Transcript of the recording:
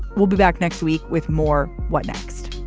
we'll be back next week with more. what next?